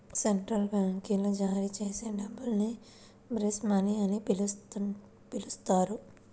central బ్యాంకులు జారీ చేసే డబ్బుల్ని బేస్ మనీ అని పిలుస్తారు